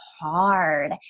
hard